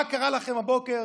מה קרה לכם הבוקר